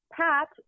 Pat